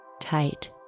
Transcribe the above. Tight